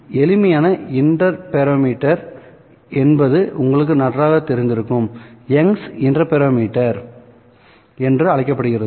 எளிமையான இன்டர்ஃபெரோமீட்டர் என்பது உங்களுக்கு நன்றாக தெரிந்திருக்கும் யங்'ஸ் இன்டர்ஃபெரோமீட்டர்Young's interferometer என்று அழைக்கப்படுகிறது